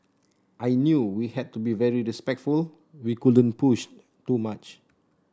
I knew we had to be very respectful we couldn't push too much